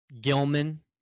Gilman